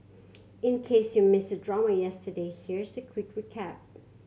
in case you missed the drama yesterday here's a quick recap